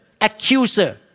accuser